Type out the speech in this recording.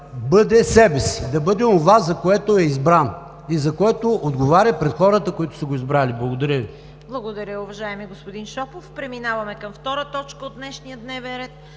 бъде себе си, да бъде онова, за което е избран и за което отговаря пред хората, които са го избрали. Благодаря Ви. ПРЕДСЕДАТЕЛ ЦВЕТА КАРАЯНЧЕВА: Благодаря Ви, уважаеми господин Шопов. Преминаваме към втора точка от днешния дневен ред: